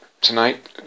tonight